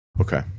okay